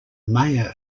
mayer